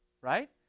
right